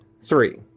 Three